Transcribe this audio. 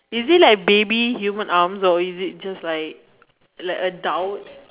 is it like baby human arms or is it just like like adults